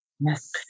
Yes